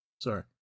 Sorry